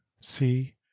see